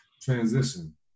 transition